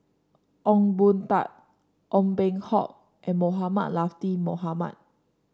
Ong Boon Tat Ong Peng Hock and Mohamed Latiff Mohamed